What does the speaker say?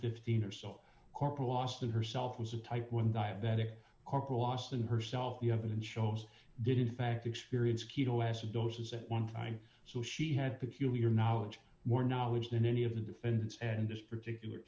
fifteen or so corporal austin herself was a type one diabetic corporal austin herself the evidence shows did in fact experience ketoacidosis at one time so she had peculiar knowledge more knowledge than any of the defendants and this particular